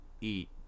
eat